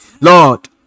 lord